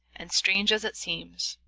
and, strange as it seems,